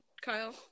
kyle